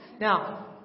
Now